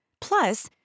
plus